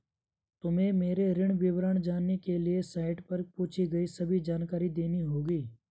तुम्हें मेरे ऋण विवरण जानने के लिए साइट पर पूछी गई सभी जानकारी देनी होगी